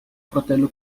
fratello